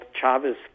Chavez